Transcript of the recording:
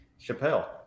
Chappelle